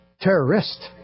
terrorist